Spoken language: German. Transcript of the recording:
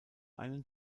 einen